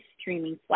streaming